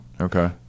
okay